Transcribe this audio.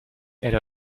elle